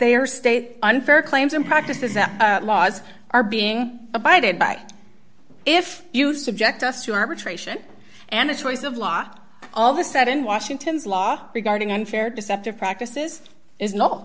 are state unfair claims and practices that laws are being abided by if you subject us to arbitration and a choice of lot all of a sudden washington's law regarding unfair deceptive practices is no